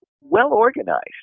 well-organized